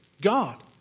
God